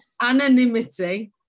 anonymity